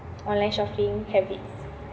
online shopping habits